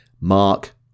Mark